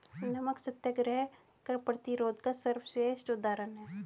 नमक सत्याग्रह कर प्रतिरोध का सर्वश्रेष्ठ उदाहरण है